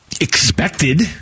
expected